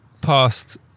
past